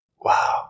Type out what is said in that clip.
Wow